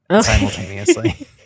simultaneously